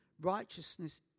Righteousness